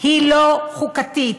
הוא לא חוקתי.